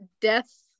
death